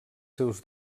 seus